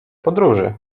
podróży